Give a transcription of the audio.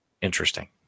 Interesting